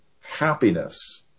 happiness